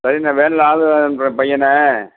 சரிண்ணா வேனில் ஆள் அனுப்புகிறன் பையனை